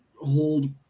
hold